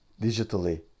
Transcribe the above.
digitally